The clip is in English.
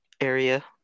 area